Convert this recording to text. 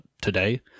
today